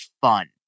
fun